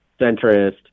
centrist